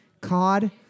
cod